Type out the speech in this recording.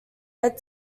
led